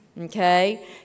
okay